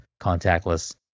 contactless